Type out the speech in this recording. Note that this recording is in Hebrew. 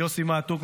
ליוסי מעתוק,